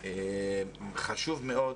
חשוב מאוד.